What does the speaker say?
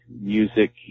music